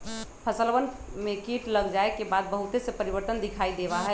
फसलवन में कीट लग जाये के बाद बहुत से परिवर्तन दिखाई देवा हई